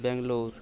Bangalore